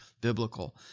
biblical